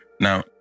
Now